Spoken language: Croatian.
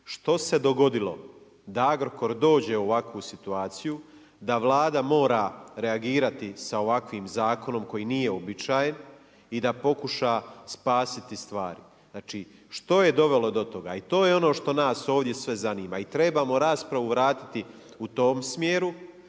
Što se dogodilo da Agrokor dođe u ovakvu situaciju, da Vlada mora reagirati sa ovakvim zakonom koji nije uobičajen i da pokuša spasiti stvari. Znači, što je dovelo do toga i to je ono što nas ovdje sve zanima i trebamo raspravu vratiti u tom smjeru.